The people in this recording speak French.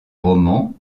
roman